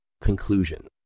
Conclusion